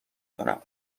کنم